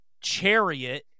chariot